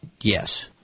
Yes